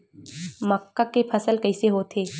मक्का के फसल कइसे होथे?